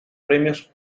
premios